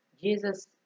jesus